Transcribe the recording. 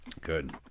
good